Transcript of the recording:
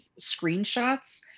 screenshots